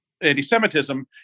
anti-Semitism